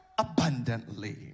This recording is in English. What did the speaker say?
abundantly